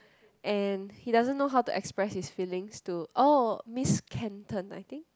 and he doesn't know how to express his feelings to oh Miss Kenton I think